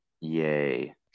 Yay